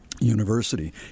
University